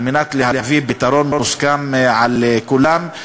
על מנת להביא פתרון מוסכם על כולם,